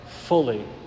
fully